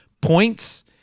points